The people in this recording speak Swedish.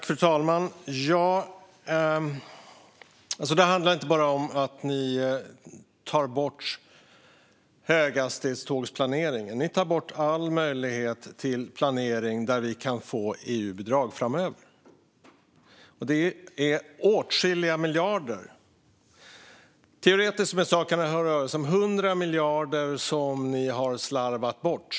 Fru talman! Det handlar inte bara om att regeringen tar bort höghastighetstågplaneringen. De tar bort all möjlighet till planering där Sverige kan få EU-bidrag framöver. Det handlar om åtskilliga miljarder. Teoretiskt kan det röra sig om 100 miljarder som man har slarvat bort.